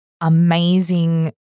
amazing